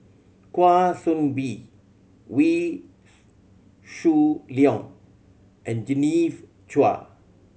Kwa Soon Bee Wee Shoo Leong and Genevieve Chua